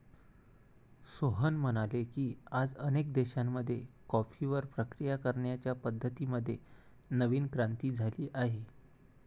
सोहन म्हणाले की, आज अनेक देशांमध्ये कॉफीवर प्रक्रिया करण्याच्या पद्धतीं मध्ये नवीन क्रांती झाली आहे